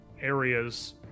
areas